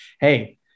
hey